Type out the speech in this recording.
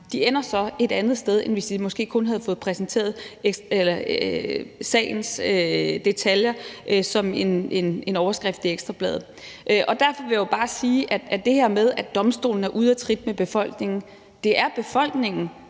straffen, et andet sted, end hvis de måske kun havde fået præsenteret sagens detaljer som en overskrift i Ekstra Bladet. Derfor vil jeg bare sige i forhold til det her med, at domstolene er ude af trit med befolkningen, at det er befolkningen,